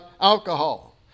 alcohol